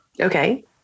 Okay